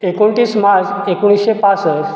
एकुणतीस मार्च एकुणीशें पासश्ट